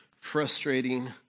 frustrating